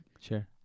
Sure